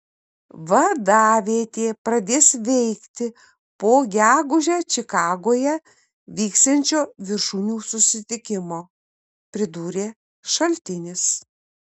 vadavietė pradės veikti po gegužę čikagoje vyksiančio viršūnių susitikimo pridūrė šaltinis